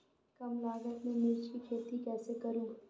कम लागत में मिर्च की खेती कैसे करूँ?